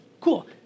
Cool